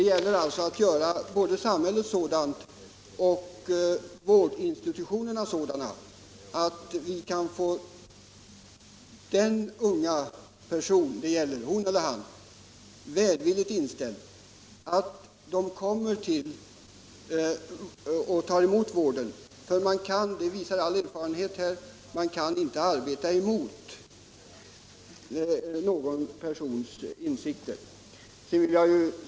Det gäller att skapa ett sådant samhälle och sådana vårdinstitutioner att vi kan få de unga personer det är fråga om så välvilligt inställda att de tar emot vården. All erfarenhet visar att man inte kan arbeta emot någon sådan persons vilja.